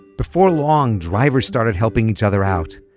before long, drivers started helping each other out.